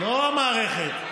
לא המערכת,